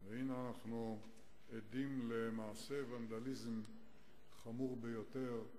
והנה אנחנו עדים למעשה ונדליזם חמור ביותר,